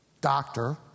doctor